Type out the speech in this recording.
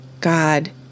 God